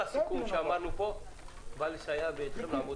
הנושא הוא דיווח מנכ"ל משרד האנרגיה על ייצור חשמל מאנרגיה